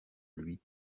lui